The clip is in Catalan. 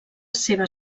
seva